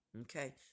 Okay